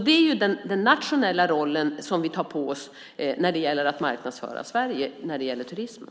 Det är den nationella rollen som vi tar på oss när det gäller att marknadsföra Sverige i fråga om turismen.